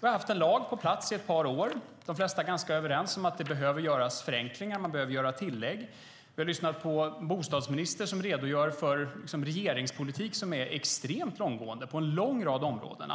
Vi har haft en lag på plats i ett par år. De flesta är ganska överens om att det behöver göras förenklingar och tillägg. Vi har lyssnat på bostadsministern som redogör för en regeringspolitik som är extremt långtgående på en lång rad områden.